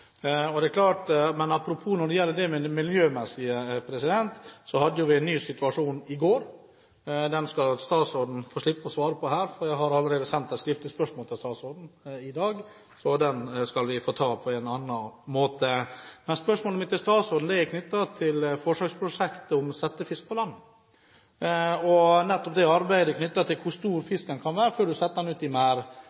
det miljømessige hadde vi en ny situasjon i går. Den skal statsråden få slippe å svare på her, for jeg har allerede sendt et skriftlig spørsmål til statsråden i dag, så den skal vi få ta på en annen måte. Spørsmålet mitt til statsråden er knyttet til forsøksprosjektet med settefisk på land og